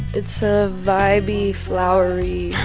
it's a vibe-y, flowery,